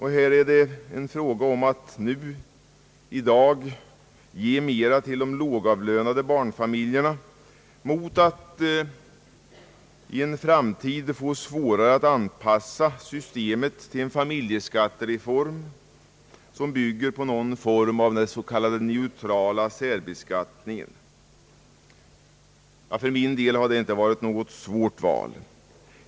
Här är det nu fråga om att välja mellan att i dag ge mera till de lågavlönade barnfamiljerna mot att i framtiden få svårare att anpassa systemet till en familjeskattereform, som bygger på någon form av den s.k. neutrala särbeskattningen. För min del har valet inte varit svårt.